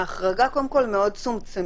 ההחרגה קודם כול מאוד צומצמה.